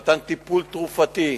מתן טיפול תרופתי מונע,